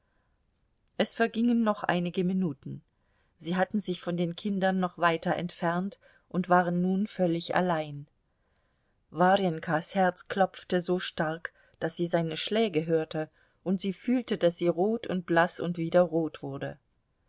es vergingen noch einige minuten sie hatten sich von den kindern noch weiter entfernt und waren nun völlig allein warjenkas herz klopfte so stark daß sie seine schläge hörte und sie fühlte daß sie rot und blaß und wieder rot wurde